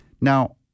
Now